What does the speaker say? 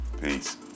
Peace